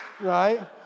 right